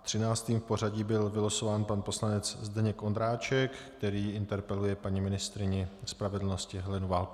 Třináctým v pořadí byl vylosován pan poslanec Zdeněk Ondráček, který interpeluje paní ministryni spravedlnosti Helenu Válkovou.